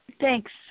Thanks